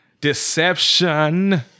Deception